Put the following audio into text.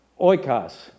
oikos